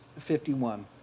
51